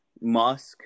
Musk